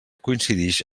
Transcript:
coincidix